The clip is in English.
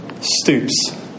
stoops